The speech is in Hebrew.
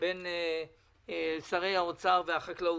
בין שרי האוצר והחקלאות,